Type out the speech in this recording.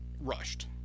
rushed